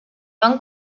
van